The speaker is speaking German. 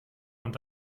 und